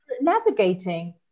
navigating